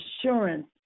assurance